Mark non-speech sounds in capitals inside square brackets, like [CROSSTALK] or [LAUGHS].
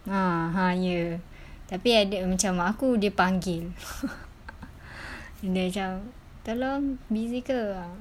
ah ah ye tapi ada macam mak aku dia panggil [LAUGHS] dia macam tolong busy ke ah